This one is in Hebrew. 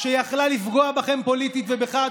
שיכלה לפגוע בכם פוליטית ובך,